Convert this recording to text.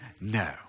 No